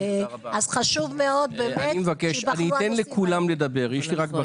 חשוב מאוד באמת שייבחנו הנושאים האלה.